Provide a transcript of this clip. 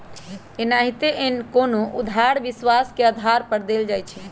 एनाहिते कोनो उधार विश्वास के आधार पर देल जाइ छइ